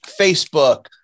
Facebook